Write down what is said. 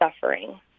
suffering